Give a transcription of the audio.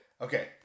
Okay